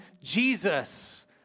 Jesus